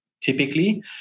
typically